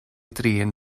drin